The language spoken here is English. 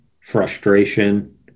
frustration